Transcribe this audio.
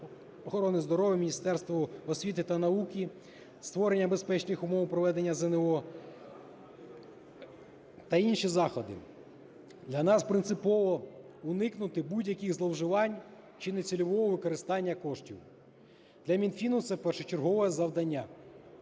охорони здоров'я, Міністерству освіти та науки – створення безпечних умов проведення ЗНО та інші заходи. Для нас принципово уникнути будь-яких зловживань чи нецільового використання коштів. Для Мінфіну це першочергове завдання.